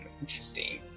Interesting